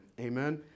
Amen